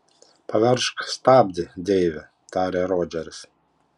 paveržk stabdį deivi tarė rodžeris